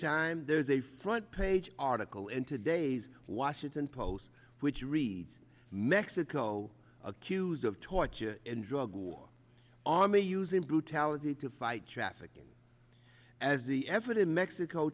time there's a front page article in today's washington post which reads mexico accused of torture and drug war army using brutality to fight trafficking as the effort in mexico